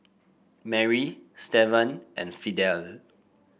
Mary Stevan and Fidel